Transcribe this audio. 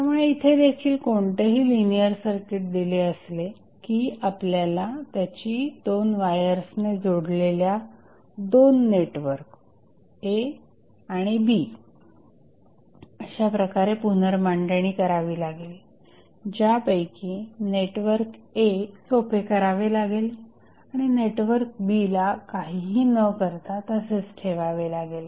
त्यामुळे इथे देखील कोणतेही लिनिअर सर्किट दिले असले की त्याची आपल्याला दोन वायर्सने जोडलेल्या दोन नेटवर्क A आणि B अशाप्रकारे पुनर्मांडणी करावी लागेल ज्या पैकी नेटवर्क A सोपे करावे लागेल आणि नेटवर्क B ला काहीही न करता तसेच ठेवावे लागेल